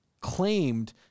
claimed